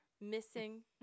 missing